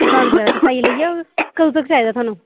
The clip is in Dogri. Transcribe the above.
बने बनाये दा तुस लेई जायो कदूं तगर चाहिदा थुहानू